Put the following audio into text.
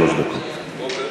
שלוש דקות.